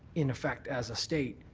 in effect, as a state,